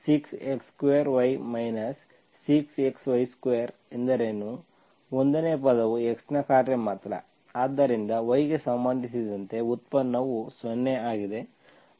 ಆದ್ದರಿಂದ ∂M∂y6x2y 6xy2 ಎಂದರೇನು 1 ನೇ ಪದವು x ನ ಕಾರ್ಯ ಮಾತ್ರ ಆದ್ದರಿಂದ y ಗೆ ಸಂಬಂಧಿಸಿದಂತೆ ಉತ್ಪನ್ನವು 0 ಆಗಿದೆ